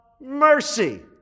mercy